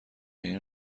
این